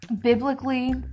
biblically